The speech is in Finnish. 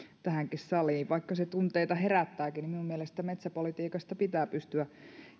tähänkin saliin vaikka se tunteita herättääkin niin minun mielestäni metsäpolitiikasta pitää pystyä